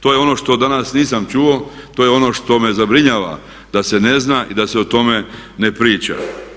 To je ono što danas nisam čuo, to je ono što me zabrinjava da se ne zna i da se o tome ne priča.